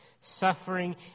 suffering